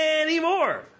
anymore